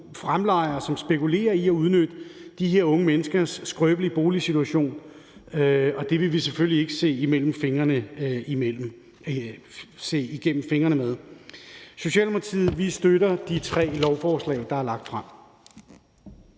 som spekulerer i at udnytte de her unge menneskers skrøbelige boligsituation, og det vil vi selvfølgelig ikke se igennem fingre med. I Socialdemokratiet støtter vi de tre lovforslag, der er lagt frem.